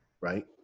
right